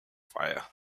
fire